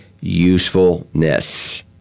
usefulness